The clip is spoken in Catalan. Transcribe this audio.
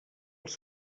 als